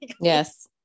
Yes